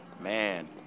man